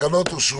התקנות אושרו.